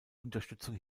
unterstützung